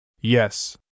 Yes